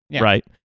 right